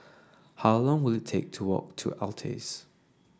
how long will it take to walk to Altez